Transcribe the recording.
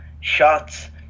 shots